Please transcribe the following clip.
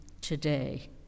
today